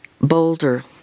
boulder